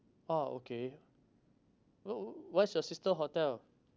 oh okay wh~ wh~ what is your sister hotel